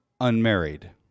unmarried